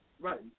Right